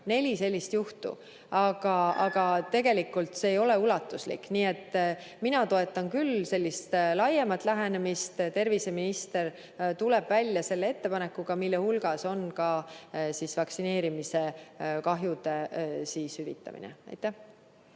neli sellist juhtu –, tegelikult see ei ole ulatuslik. Nii et mina toetan küll sellist laiemat lähenemist. Terviseminister tuleb välja selle ettepanekuga, mille hulgas on ka vaktsineerimise kahjude hüvitamine. Aitäh!